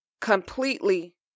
completely